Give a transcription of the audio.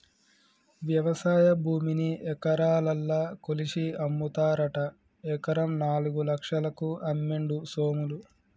వ్యవసాయ భూమిని ఎకరాలల్ల కొలిషి అమ్ముతారట ఎకరం నాలుగు లక్షలకు అమ్మిండు సోములు